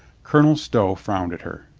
colonel stow frowned at her.